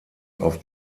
auf